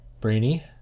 brainy